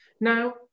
Now